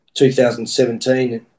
2017